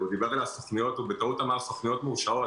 הוא דיבר על הסוכנויות ובטעות אמר "סוכנויות מאושרות".